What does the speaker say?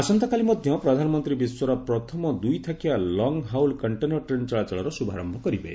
ଆସନ୍ତାକାଲି ମଧ୍ୟ ପ୍ରଧାନମନ୍ତ୍ରୀ ବିଶ୍ୱର ପ୍ରଥମ ଦୁଇଥାକିଆ ଲଙ୍ଗ୍ ହାଉଲ୍ କଣ୍ଟେନର ଟ୍ରେନ୍ ଚଳାଚଳର ଶୁଭାରୟ କରିବେ